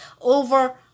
over